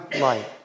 light